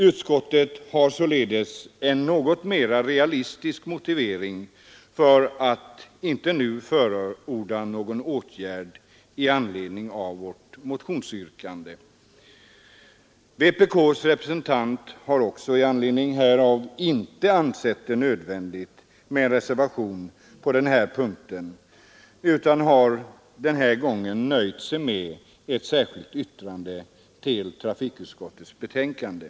Utskottet har således i år en något mer realistisk motivering för att inte nu förorda någon åtgärd i anledning av vårt motionsyrkande. Vpk:s representant har i anledning härav inte heller ansett det nödvändigt med en reservation utan har den här gången nöjt sig med ett särskilt yttrande till trafikutskottets betänkande.